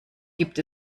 gibt